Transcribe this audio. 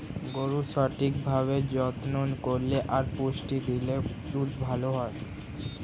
গরুর সঠিক ভাবে যত্ন করলে আর পুষ্টি দিলে দুধ ভালো হয়